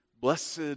Blessed